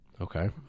Okay